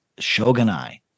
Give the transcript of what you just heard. Shogunai